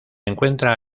encuentra